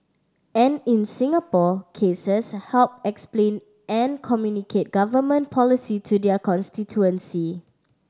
and in Singapore cases help explain and communicate Government policy to their constituency